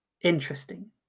interesting